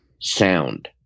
sound